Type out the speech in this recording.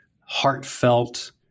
heartfelt